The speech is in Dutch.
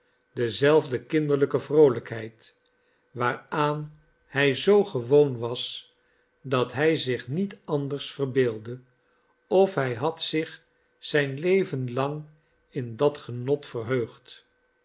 dezelfde kinderlijke vroolijkheid waaraan hij zoo gewoon was dat hij zich niet anders verbeeldde of hij had zich zijn leven lang in dat genot verheugd